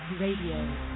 Radio